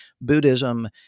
Buddhism